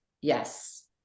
Yes